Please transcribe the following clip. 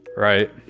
Right